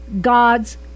God's